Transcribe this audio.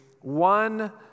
one